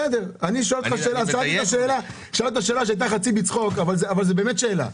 שאלתי שאלה, שהייתה חצי בצחוק, אבל זו באמת שאלה.